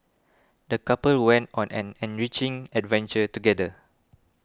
the couple went on an enriching adventure together